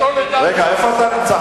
איפה אתה נמצא,